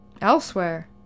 Elsewhere